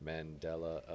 Mandela